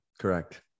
Correct